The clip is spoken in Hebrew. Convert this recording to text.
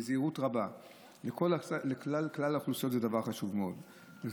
בזהירות רבה לכלל האוכלוסיות זה דבר חשוב מאוד,